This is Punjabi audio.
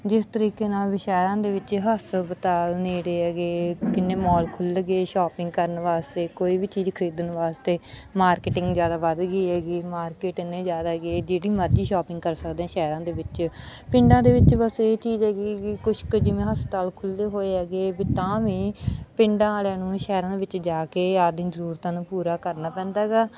ਜਿਸ ਤਰੀਕੇ ਨਾਲ ਵੀ ਸ਼ਹਿਰਾਂ ਦੇ ਵਿੱਚ ਹਸਪਤਾਲ ਨੇੜੇ ਹੈਗੇ ਕਿੰਨੇ ਮੌਲ ਖੁੱਲ੍ਹ ਗਏ ਸ਼ੋਪਿੰਗ ਕਰਨ ਵਾਸਤੇ ਕੋਈ ਵੀ ਚੀਜ਼ ਖਰੀਦਣ ਵਾਸਤੇ ਮਾਰਕੀਟਿੰਗ ਜ਼ਿਆਦਾ ਵੱਧ ਗਈ ਹੈਗੀ ਮਾਰਕੀਟ ਇੰਨੀ ਜ਼ਿਆਦਾ ਹੈਗੀ ਜਿਹੜੀ ਮਰਜ਼ੀ ਸ਼ੌਪਿੰਗ ਕਰ ਸਕਦੇ ਹਾਂ ਸ਼ਹਿਰਾਂ ਦੇ ਵਿੱਚ ਪਿੰਡਾਂ ਦੇ ਵਿੱਚ ਬਸ ਇਹ ਚੀਜ਼ ਹੈਗੀ ਕੁਛ ਕੁ ਜਿਵੇਂ ਹਸਪਤਾਲ ਖੁੱਲ੍ਹੇ ਹੋਏ ਹੈਗੇ ਵੀ ਤਾਂ ਵੀ ਪਿੰਡਾਂ ਵਾਲਿਆਂ ਨੂੰ ਸ਼ਹਿਰਾਂ ਦੇ ਵਿੱਚ ਜਾ ਕੇ ਆਪ ਦੀਆਂ ਜ਼ਰੂਰਤਾਂ ਨੂੰ ਪੂਰਾ ਕਰਨਾ ਪੈਂਦਾ ਹੈਗਾ